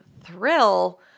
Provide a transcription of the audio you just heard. Thrill